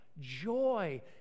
joy